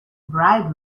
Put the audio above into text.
bribe